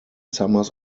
summers